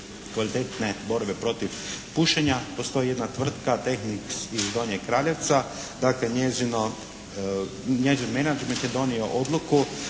kvalitetne borbe protiv pušenja. Postoji jedna tvrtka “Tehnix“ iz Donjeg Kraljevca. Dakle, njezin menagment je donio odluku